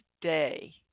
day